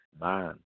man